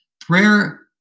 Prayer